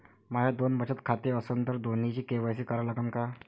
माये दोन बचत खाते असन तर दोन्हीचा के.वाय.सी करा लागन का?